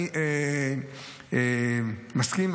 אני מסכים.